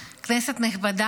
אדוני היושב-ראש, כנסת נכבדה,